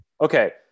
Okay